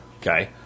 Okay